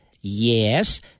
Yes